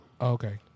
Okay